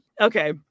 Okay